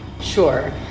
Sure